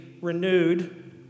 renewed